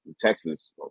Texas